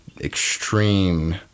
extreme